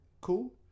Cool